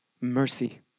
Mercy